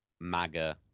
maga